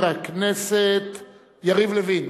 של חבר הכנסת יריב לוין.